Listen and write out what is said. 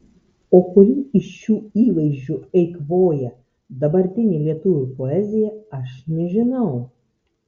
o kurį iš šių įvaizdžių eikvoja dabartinė lietuvių poezija aš nežinau